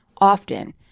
Often